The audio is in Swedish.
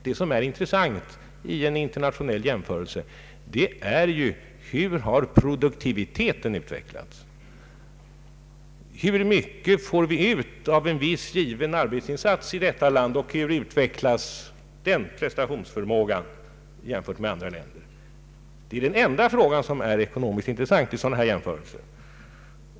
Det som är intressant i en internationell jämförelse är ju hur produktiviteten har utvecklats. Hur mycket får vi ut av en viss given arbetsinsats och hur utvecklas den prestationsförmågan hos oss i jämförelse med andra länder? Det är den enda fråga som är ekonomiskt intressant i sådana här jämförelser.